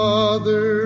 Father